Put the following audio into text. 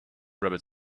rabbits